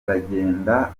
aragenda